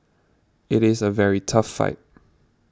it is a very tough fight